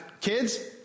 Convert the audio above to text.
kids